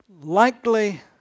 likely